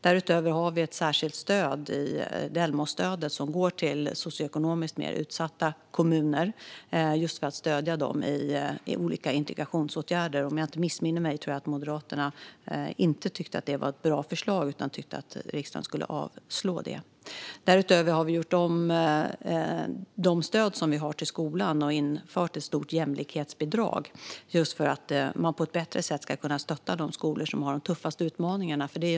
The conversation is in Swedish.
Därutöver har vi det särskilda stödet från Delmos, som går till socioekonomiskt mer utsatta kommuner för att stödja dem i olika integrationsåtgärder. Om jag inte missminner mig tyckte Moderaterna inte att det var ett bra förslag utan att riksdagen skulle avslå det. Därutöver har vi gjort om stöden till skolan och infört ett stort jämlikhetsbidrag, just för att på ett bättre sätt stötta de skolor som har de tuffaste utmaningarna.